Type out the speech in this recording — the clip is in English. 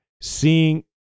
seeing